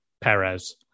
Perez